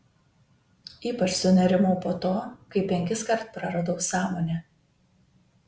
ypač sunerimau po to kai penkiskart praradau sąmonę